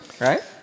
right